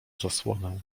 zasłonę